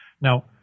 Now